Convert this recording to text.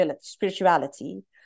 spirituality